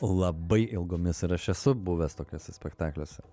labai ilgomis ir aš esu buvęs tokiuose spektakliuose